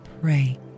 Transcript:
pray